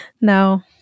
No